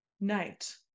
night